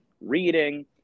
reading